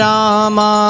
Rama